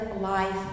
life